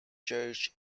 church